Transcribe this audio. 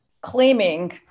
claiming